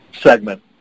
segment